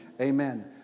Amen